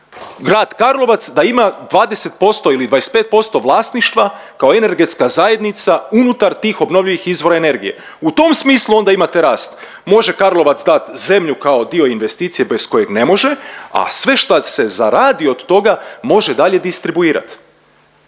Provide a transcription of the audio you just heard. Grad Karlovac da ima 20% ili 25% vlasništva kao energetska zajednica unutar tih obnovljivih izvora energije. U tom smislu onda imate rast, može Karlovac dat zemlju kao dio investicije bez kojeg ne može, a sve šta se zaradi od toga može dalje distribuirat.